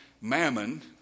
mammon